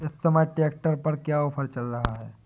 इस समय ट्रैक्टर पर क्या ऑफर चल रहा है?